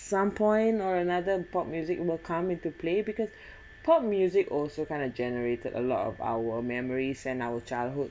some point or another pop music will come into play because pop music also kind of generated a lot of our memories and our childhood